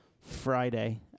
Friday